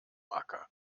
acker